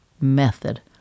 method